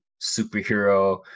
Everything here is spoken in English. superhero